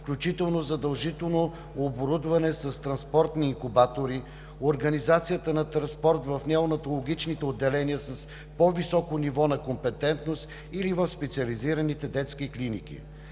включително задължително оборудване с транспортни инкубатори, организацията на транспорт в неонатологичните отделения с по-високо ниво на компетентност или в специализираните детски клиники.